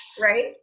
Right